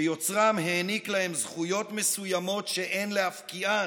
שיוצרם העניק להם זכויות מסוימות שאין להפקיען,